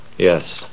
Yes